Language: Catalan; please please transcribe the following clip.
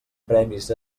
premis